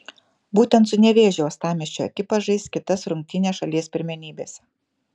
būtent su nevėžiu uostamiesčio ekipa žais kitas rungtynes šalies pirmenybėse